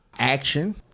action